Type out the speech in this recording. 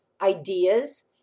ideas